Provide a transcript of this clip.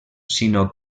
sinó